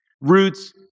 roots